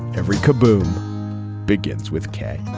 every kaboom begins with k